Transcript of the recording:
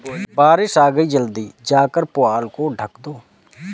बारिश आ गई जल्दी जाकर पुआल को ढक दो